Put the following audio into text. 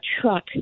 truck